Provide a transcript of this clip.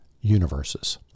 universes